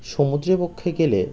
সমুদ্রবক্ষে গেলে